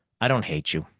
i don't hate you.